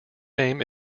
name